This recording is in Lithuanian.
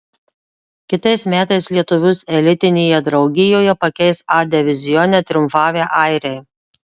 kitais metais lietuvius elitinėje draugijoje pakeis a divizione triumfavę airiai